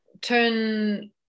turn